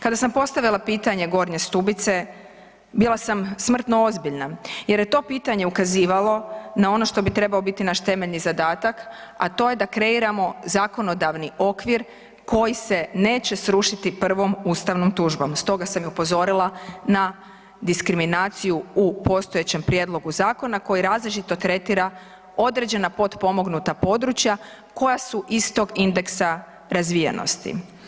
Kada sam postavila pitanje Gornje Stubice, bila sam smrtno ozbiljna jer je to pitanje ukazivalo na ono što bi trebalo biti naš temeljni zadatak, a to je da kreiramo zakonodavni okvir koji se neće srušiti prvom ustavnom tužbom, stoga sam i upozorila na diskriminaciju u postojećem prijedlogu zakona koji različito tretira određena potpomognuta područja koja su istog indeksa razvijenosti.